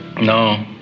No